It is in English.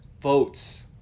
votes